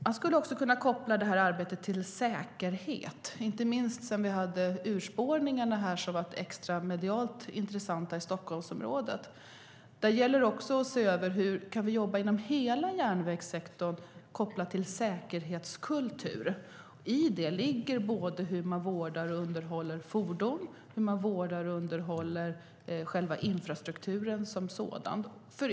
Man skulle också kunna koppla detta arbete till säkerhet, inte minst sedan vi hade de urspårningar som var extra medialt intressanta i Stockholmsområdet. Där gäller det också att se över hur vi inom hela järnvägssektorn kan jobba kopplat till en säkerhetskultur. I det ligger både hur man vårdar och underhåller fordon och hur man vårdar och underhåller själva infrastrukturen som sådan.